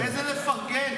איזה לפרגן?